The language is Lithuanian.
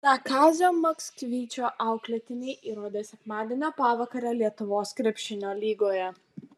tą kazio maksvyčio auklėtiniai įrodė sekmadienio pavakarę lietuvos krepšinio lygoje